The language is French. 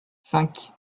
cinq